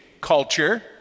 culture